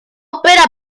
ópera